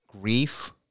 grief